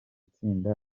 tsinda